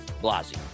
Blasi